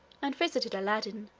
and visited aladdin,